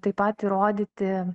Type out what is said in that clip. taip pat įrodyti